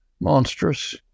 monstrous